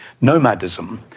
nomadism